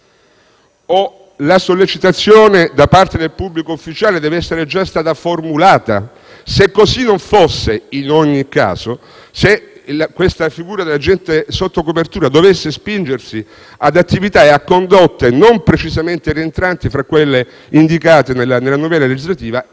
La sollecitazione da parte del pubblico ufficiale deve essere già stata formulata. Se così non fosse, in ogni caso, se questa figura di agente sotto copertura dovesse spingersi ad attività e a condotte non precisamente rientranti tra quelle indicate nella novella legislativa,